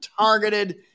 targeted